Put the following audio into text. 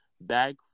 bag